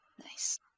Nice